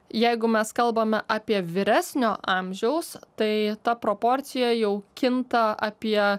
jeigu mes kalbame apie vyresnio amžiaus tai ta proporcija jau kinta apie